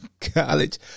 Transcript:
college